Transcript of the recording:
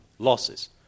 Losses